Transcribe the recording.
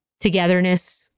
togetherness